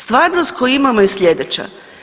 Stvarnost koju imamo je sljedeća.